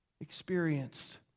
experienced